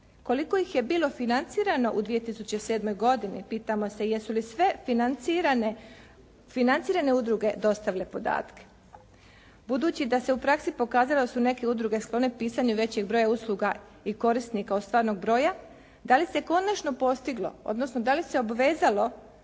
Koliko ih je bilo financirano u 2007. godini? Pitamo se jesu li sve financirane udruge dostavile podatke budući da se u praksi pokazalo da su neke udruge sklone pisanju većeg broja usluga i korisnika od stvarnog broja da li se konačno postiglo odnosno da li se obvezalo